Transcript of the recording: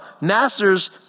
masters